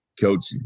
Coach